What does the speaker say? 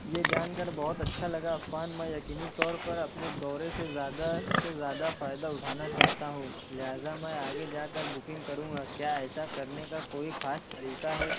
یہ جان کر بہت اچھا لگا عفان میں یقینی طور پر اپنے دورے سے زیادہ سے زیادہ فائدہ اٹھانا چاہتا ہوں لہٰذا میں آگے جا کر بکنگ کروں گا کیا ایسا کرنے کا کوئی خاص طریقہ ہے